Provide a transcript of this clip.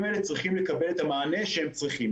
האלה צריכים לקבל את המענה שהם צריכים.